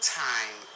time